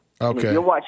Okay